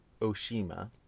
Oshima